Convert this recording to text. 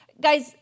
guys